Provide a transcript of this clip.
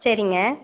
சரிங்க